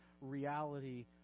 reality